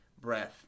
breath